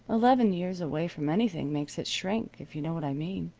eleven years away from anything makes it shrink, if you know what i mean.